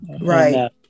Right